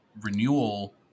renewal